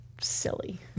silly